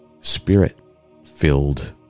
spirit-filled